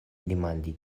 demandi